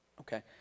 Okay